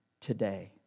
today